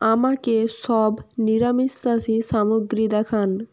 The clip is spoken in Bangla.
আমাকে সব নিরামিষাশী সামগ্রী দেখান